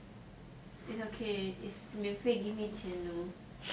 it's okay it's 免费 giving 钱 only